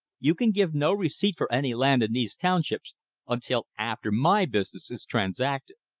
you can give no receipt for any land in these townships until after my business is transacted.